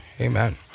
Amen